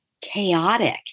chaotic